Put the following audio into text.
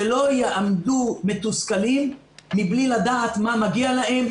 שלא יעמדו מתוסכלים מבלי לדעת מה מגיע להם,